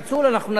אנחנו נדון על זה,